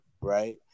right